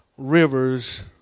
rivers